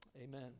Amen